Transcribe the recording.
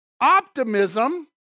optimism